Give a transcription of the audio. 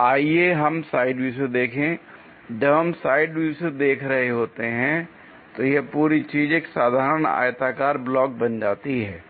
l आइए हम side view से देखें l जब हम साइड व्यू देख रहे होते हैं तो यह पूरी चीज एक साधारण आयताकार ब्लॉक बन जाती है